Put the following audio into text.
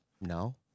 No